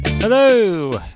Hello